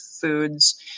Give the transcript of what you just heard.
foods